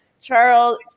Charles